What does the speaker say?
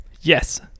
Yes